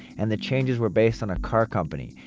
and the changes were based on a car company,